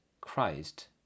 Christ